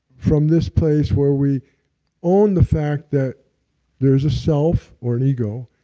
from this place where we own the fact that there's a self, or an ego,